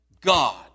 God